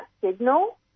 Signal